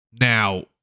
Now